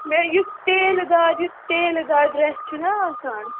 مےٚ یُس ٹیلہٕ دار یُس ٹیلہٕ دار ڈرٛیس چھُناہ آسان